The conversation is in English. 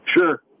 Sure